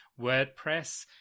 WordPress